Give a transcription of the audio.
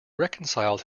reconciled